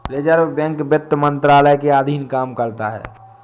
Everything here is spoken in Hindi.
रिज़र्व बैंक वित्त मंत्रालय के अधीन काम करता है